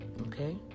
okay